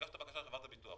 הגשת בקשה לחברת הביטוח